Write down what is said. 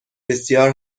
بسیار